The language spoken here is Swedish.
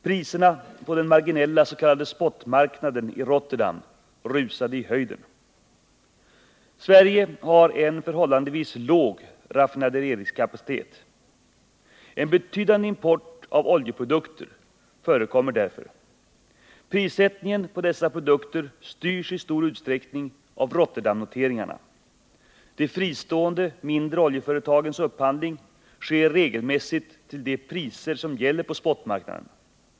Priserna på den marginella s.k. spotmarknaden i Rotterdam rusade i höjden. Sverige har en förhållandevis låg raffinaderikapacitet. En betydande import av oljeprodukter förekommer därför. Prissättningen på dessa produkter styrs i stor utsträckning av Rotterdamnoteringarna. De mindre, fristående oljeföretagens upphandling sker regelmässigt till de priser som gäller på spotmarknaden.